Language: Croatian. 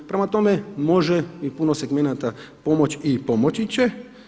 Prema tome, može i puno segmenata pomoći i pomoći će.